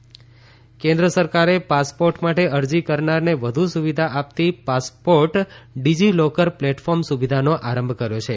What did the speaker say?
passport DigiLocker કેન્દ્ર સરકારે passport માટે અરજી કરનારને વધુ સુવિધા આપતી પાસપોર્ટ ડીજીલોકર પ્લેટફોર્મ સુવિધાનો આરંભ કર્યો છે